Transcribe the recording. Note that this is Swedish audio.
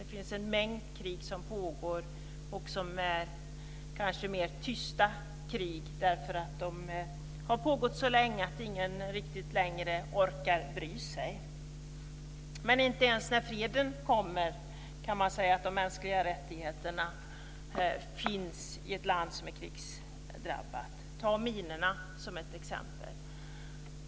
Det finns en mängd krig som pågår och som kanske är mer tysta krig, därför att de har pågått så länge att ingen riktigt längre orkar bry sig. Men inte ens när freden kommer kan man säga att det finns mänskliga rättigheter i ett land som varit krigsdrabbat. Ta minorna som ett exempel.